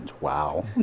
wow